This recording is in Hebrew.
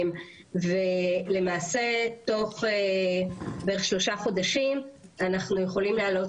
למעשה תוך בערך שלושה חודשים אנחנו יכולים להעלות